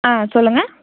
ஆ சொல்லுங்கள்